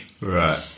Right